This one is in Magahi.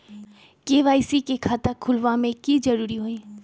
के.वाई.सी के खाता खुलवा में की जरूरी होई?